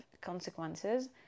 consequences